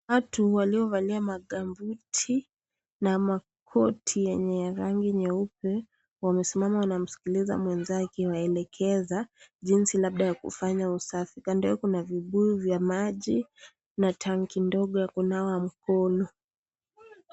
Watu waliovalia magambuti na makoti yenye rangi nyeupe wamesimama wanamsikiliza mwenzao akiwaelekeza jinsi labda ya kufanya usafi, kando yao kuna vibuyu vya maji na tanki ndogo ya kunawa mkono.